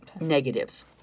Negatives